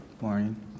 Morning